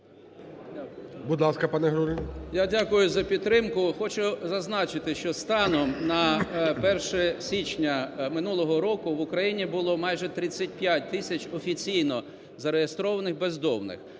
Я дякую за підтримку. Хочу зазначити, що станом на 1 січня минулого року в Україні було майже 35 тисяч офіційно зареєстрованих бездомних.